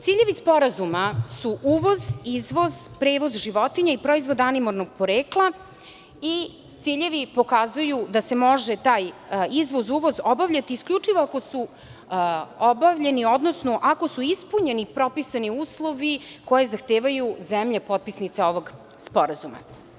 Ciljevi sporazuma su uvoz, izvoz, prevoz životinja i proizvoda animalnog porekla i ciljevi pokazuju da se može taj izvoz, uvoz obavljati isključivo ako su obavljeni, odnosno ako su ispunjeni propisani uslovi koje zahtevaju zemlje, potpisnice ovog sporazuma.